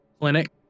clinic